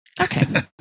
okay